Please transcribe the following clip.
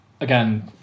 again